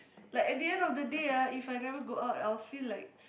like at the end of the day ah if I never go out I will feel like